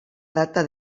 data